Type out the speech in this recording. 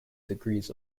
degrees